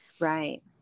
Right